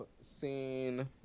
seen